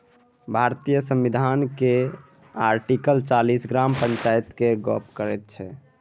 भारतीय संविधान केर आर्टिकल चालीस ग्राम पंचायत केर गप्प करैत छै